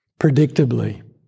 predictably